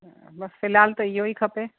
बसि फ़िलहालु त इहेई खपे